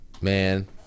Man